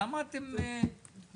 למה אתם מקשים?